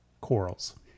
corals